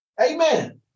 Amen